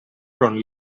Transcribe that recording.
front